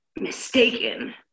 mistaken